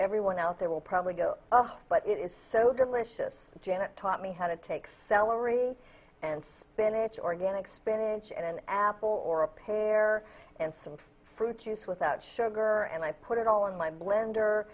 everyone else there will probably go but it is so delicious janet taught me how to take celery and spinach organic spinach and an apple or a pear and some fruit juice without sugar and i put it all in my blender